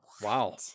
Wow